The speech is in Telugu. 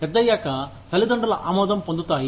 పెద్దయ్యాక తల్లిదండ్రుల ఆమోదం పొందుతాయి